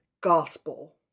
gospel